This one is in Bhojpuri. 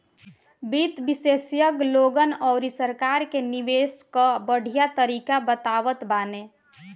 वित्त विशेषज्ञ लोगन अउरी सरकार के निवेश कअ बढ़िया तरीका बतावत बाने